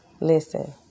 Listen